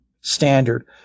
standard